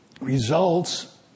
results